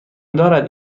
دارد